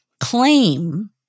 claim